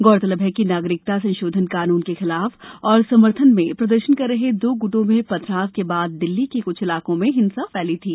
गौरतलब है कि नागरिकता संशोधन कानून के खिलाफ और समर्थन में प्रदर्शन कर रहे दो गुटो में पथराव के बाद दिल्ली के कुछ इलाकों में हिंसा फैली थी